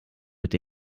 mit